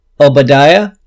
Obadiah